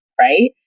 right